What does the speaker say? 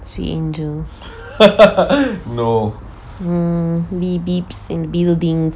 sweet angels mm be beeps in buildings